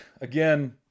again